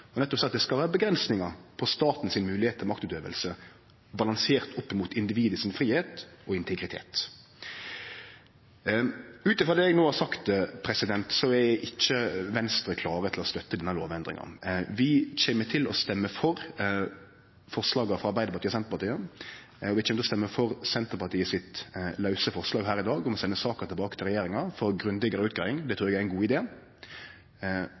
å seie at det skal vere avgrensingar på statens moglegheit til maktutøving, balansert opp mot individets fridom og integritet. Ut frå det eg no har sagt, er ikkje Venstre klare til å støtte denne lovendringa. Vi kjem til å stemme for forslaga frå Arbeiderpartiet og Senterpartiet, og vi kjem til å stemme for Senterpartiet sitt forslag her i dag om å sende saka tilbake til regjeringa for ei grundigare utgreiing. Det trur eg er ein god